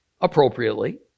appropriately